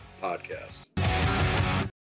Podcast